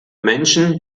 menschen